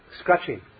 scratching